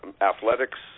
athletics